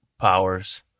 powers